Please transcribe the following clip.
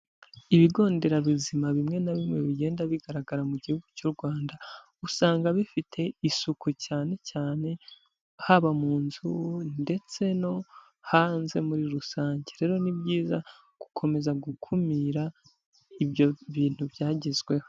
Ibigo nderabuzima bimwe na bimwe bigenda bigaragara mu gihugu cy'u Rwanda usanga bifite isuku cyane cyane haba mu nzu ndetse no hanze muri rusange rero ni byiza gukomeza gukumira ibyo bintu byagezweho.